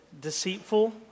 deceitful